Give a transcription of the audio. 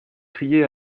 crié